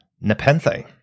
Nepenthe